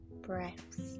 breaths